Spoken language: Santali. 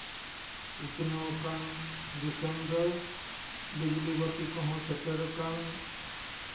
ᱩᱛᱱᱟᱹᱣ ᱟᱠᱟᱱ ᱫᱤᱥᱚᱢ ᱨᱮ ᱵᱤᱡᱽᱞᱤ ᱵᱟᱹᱛᱤ ᱠᱚᱦᱚᱸ ᱥᱮᱴᱮᱨ ᱠᱟᱱ